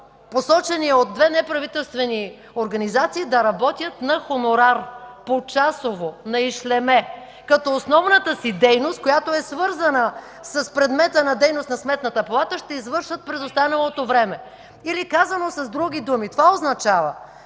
посочени от две неправителствени организации, да работят на хонорар почасово, на ишлеме, като основната си дейност, която е свързана с предмета на дейност на Сметната палата, ще извършват през останалото време. Казано с други думи това означава